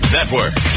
Network